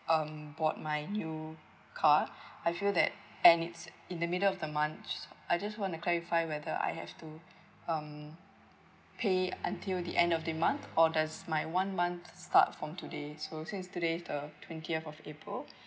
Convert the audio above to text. um bought my new car I feel that and it's in the middle of the month I just want to clarify whether I have to um pay until the end of the month or does my one month start from today so since today is the twentieth of april